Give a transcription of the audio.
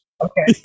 Okay